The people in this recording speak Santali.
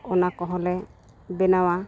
ᱚᱱᱟ ᱠᱚᱦᱚᱸ ᱞᱮ ᱵᱮᱱᱟᱣᱟ